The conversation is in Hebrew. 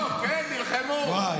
כן, נלחמו.